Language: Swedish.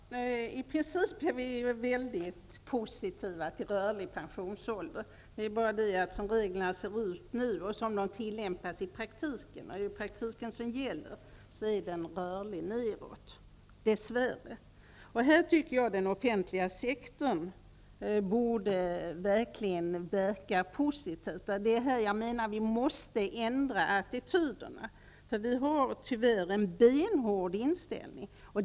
Fru talman! I princip är vi mycket positiva till rörlig pensionsålder. Men som reglerna ser ut nu och som de tillämpas i praktiken -- det är ju praktiken som gäller -- är den dess värre rörlig neråt. Den offentliga sektorn borde verkligen verka positivt här. Vi måste ändra attityderna här. Vi har tyvärr en benhård inställning.